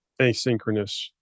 asynchronous